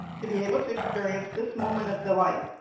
to be able to experience this moment of delight.